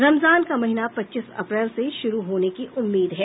रमजान का महीना पच्चीस अप्रैल से शुरू होने की उम्मीद है